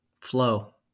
flow